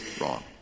wrong